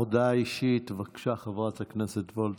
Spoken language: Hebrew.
הודעה אישית, בבקשה, חברת הכנסת וולדיגר.